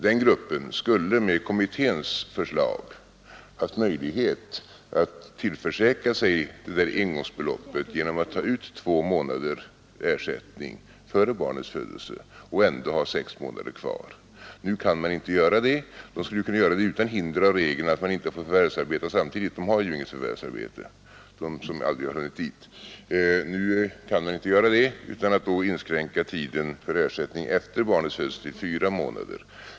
Den gruppen skulle med kommitténs förslag ha haft en möjlighet att tillförsäkra sig det där engångsbeloppet genom att ta ut två månaders ersättning före barnets födelse och ändå ha sex månader kvar. De skulle kunna göra det utan hinder av regeln att man inte får förvärvsarbeta samtidigt, ty de har ju inget förvärvsarbete. Nu kan de inte göra det utan att inskränka tiden efter barnets födelse till fyra månader.